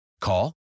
Call